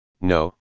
no